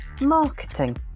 marketing